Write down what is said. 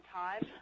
time